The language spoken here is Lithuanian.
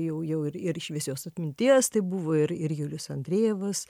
jau jau ir ir šviesios atminties tai buvo ir ir julius andrejevas